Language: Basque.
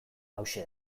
hauxe